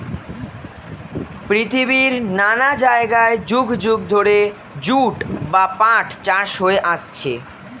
পৃথিবীর নানা জায়গায় যুগ যুগ ধরে জুট বা পাট চাষ হয়ে আসছে